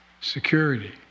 security